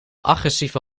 agressieve